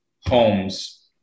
homes